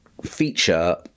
feature